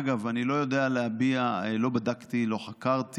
אגב, אני לא יודע להביע, לא בדקתי, לא חקרתי,